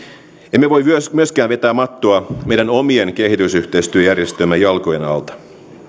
emme voi myöskään vetää mattoa meidän omien kehitysyhteistyöjärjestöjemme jalkojen alta